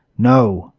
no,